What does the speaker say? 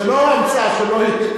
זו לא המצאה שלו.